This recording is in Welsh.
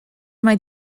mae